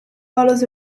follows